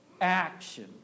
Action